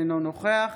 אינו נוכח